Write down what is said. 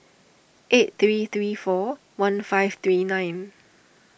eight three three four one five three nine